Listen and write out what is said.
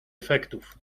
efektów